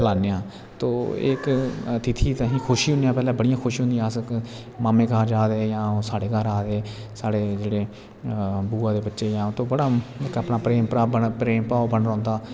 खलाने आं तो इक आतिथि दी असें खुशी होनी पैह्लें बड़ियां खुशियां होनियां अस माम्मे घर जा दे जां ओह् साढ़े घर आ दे साढ़े जेह्ड़े बूआ दे बच्चे जां तो बड़ा इक अपना प्रेम भ्रा प्रेम भाव बना रौंह्दा